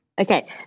Okay